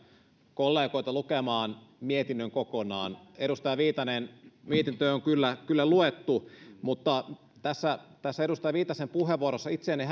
kollegoita lukemaan mietinnön kokonaan edustaja viitanen mietintö on kyllä kyllä luettu mutta tässä tässä edustaja viitasen puheenvuorossa itseäni